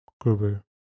Gruber